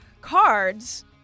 cards